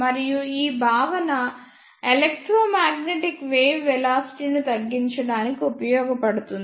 మరియు ఈ భావన ఎలెక్ట్రోమాగ్నెటిక్ వేవ్ వెలాసిటీ ను తగ్గించడానికి ఉపయోగించబడుతుంది